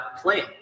playing